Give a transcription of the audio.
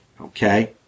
okay